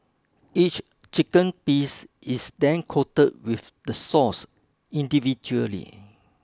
each chicken piece is then coated with the sauce individually